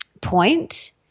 point